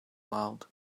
world